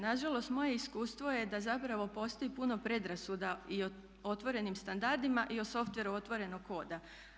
Na žalost, moje iskustvo je da zapravo postoji puno predrasuda i o otvorenim standardima i o softwareu otvorenog koda.